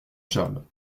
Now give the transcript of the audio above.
charles